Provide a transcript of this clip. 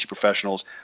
professionals